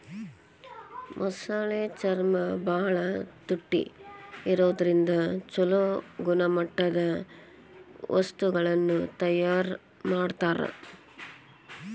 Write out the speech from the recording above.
ಮೊಸಳೆ ಚರ್ಮ ಬಾಳ ತುಟ್ಟಿ ಇರೋದ್ರಿಂದ ಚೊಲೋ ಗುಣಮಟ್ಟದ ವಸ್ತುಗಳನ್ನ ತಯಾರ್ ಮಾಡ್ತಾರ